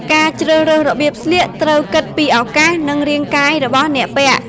ការជ្រើសរើសរបៀបស្លៀកត្រូវគិតពីឱកាសនិងរាងកាយរបស់អ្នកពាក់។